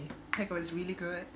it was really good